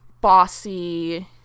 bossy